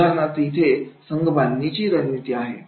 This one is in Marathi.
उदाहरणार्थ इथे संघबांधणीची रणनीती आहे